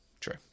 true